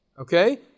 okay